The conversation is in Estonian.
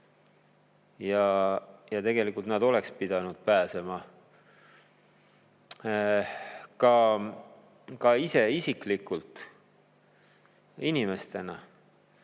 … Tegelikult nad oleks pidanud pääsema ka ise isiklikult, aga nad